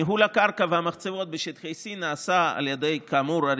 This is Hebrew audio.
ניהול הקרקע והמחצבות בשטחי C נעשה כאמור על